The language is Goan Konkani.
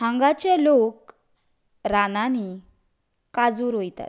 हांगाचे लोक रानांनी काजू रोयतात